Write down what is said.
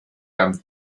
beim